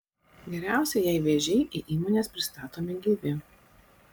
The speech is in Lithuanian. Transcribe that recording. geriausia jei vėžiai į įmones pristatomi gyvi